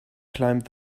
climbed